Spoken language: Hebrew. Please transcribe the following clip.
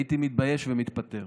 הייתי מתבייש ומתפטר.